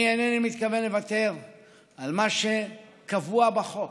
אני אינני מתכוון לוותר על מה שקבוע בחוק.